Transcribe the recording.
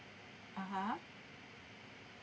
(uh huh)